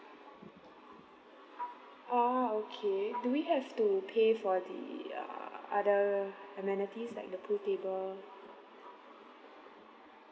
orh okay do we have to pay for the uh other amenities like the pool table